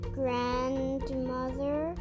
grandmother